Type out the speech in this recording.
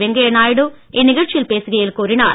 வெங்கைய நாயுடு இந்நிகழ்ச்சியல் பேசுகையில் கூறினார்